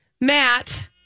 Matt